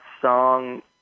song